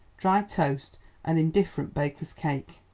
dry toast and indifferent baker's cake.